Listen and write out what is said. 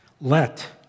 Let